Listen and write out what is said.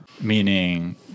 Meaning